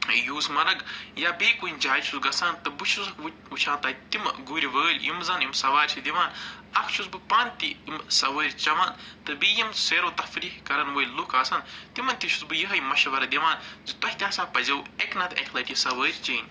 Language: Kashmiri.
یوٗسمرگ یا بیٚیہِ کُنہِ جایہِ چھُس گژھان تہٕ بہٕ چھُس وٕنۍ وٕچھان تَتہِ تِمہٕ گُرۍ وٲلۍ یِم زَنہٕ یِم سوارِ چھِ دِوان اَکھ چھُس بہٕ پانہٕ تہِ یِم سوٲرۍ چٮ۪وان تہٕ بیٚیہِ یِم سیر و تفریٖح کَرَن وٲلۍ لُکھ آسَن تِمَن تہِ چھُس بہٕ یِہوٚے مَشوَر دِوان زِ تۄہہِ تہِ ہسا پَزیو اَکہِ نَتہٕ اَکہِ لَٹہِ یہِ سَوٲرۍ چیٚنۍ